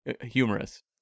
humorous